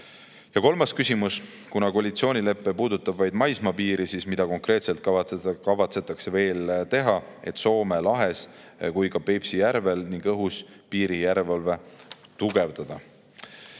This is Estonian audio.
Kolmas küsimus: "Kuna koalitsioonilepe puudutab vaid maismaapiiri, siis mida konkreetselt kavatsetakse teha veel – nii Soome lahes kui ka Peipsi järvel – ning õhus piirijärelevalve